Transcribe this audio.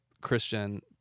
Christian